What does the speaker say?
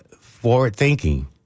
forward-thinking